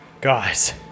guys